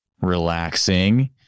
relaxing